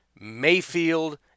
Mayfield